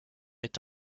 est